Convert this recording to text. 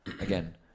again